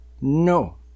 No